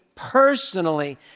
personally